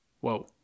Whoa